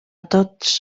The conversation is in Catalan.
tots